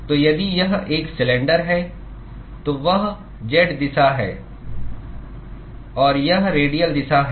तो यदि यह एक सिलेंडर है तो वह z दिशा है और यह रेडियल दिशा है